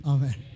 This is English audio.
Amen